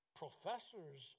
professors